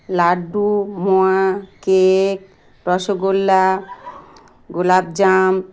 লাড্ডু মোয়া কেক রসগোল্লা গোলাপ জাম